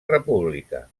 república